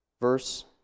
verse